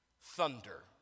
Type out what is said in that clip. thunder